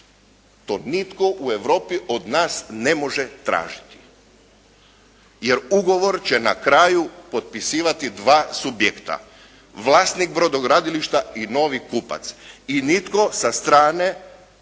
To nitko u Europi od nas ne može tražiti. Jer ugovor će na kraju potpisivati dva subjekta. Vlasnik brodogradilišta i novi kupac i nitko sa strane